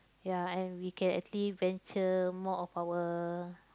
ya and we can actually venture more of our